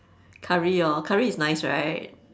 curry orh curry is nice right